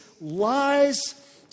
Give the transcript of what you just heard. lies